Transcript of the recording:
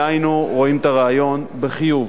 דהיינו, רואים את הרעיון בחיוב.